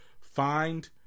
find